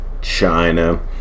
China